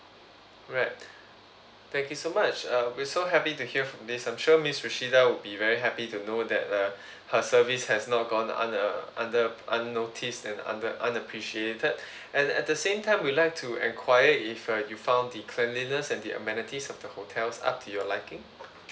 right thank you so much uh we're so happy to hear from this I'm sure miss rashidah will be very happy to know that uh her service has not gone una~ under unnoticed and under unappreciated and at the same time we like to enquire if uh you found the cleanliness and the amenities of the hotel's up to your liking